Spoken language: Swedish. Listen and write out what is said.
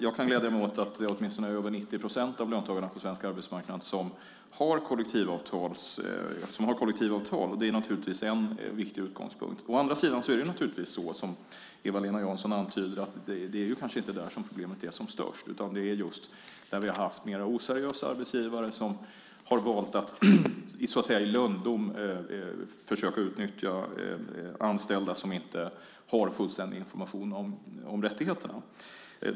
Jag kan glädja mig åt att det är över 90 procent av löntagarna på svensk arbetsmarknad som har kollektivavtal. Det är viktig utgångspunkt. Å andra sidan är det naturligtvis så som Eva-Lena Jansson antyder att det inte är där som problemet är som störst, utan det är där vi har haft mer oseriösa arbetsgivare som har valt att i lönndom försöka utnyttja anställda som inte har fullständig information om rättigheterna.